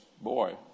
Boy